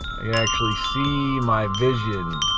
i actually see my vision.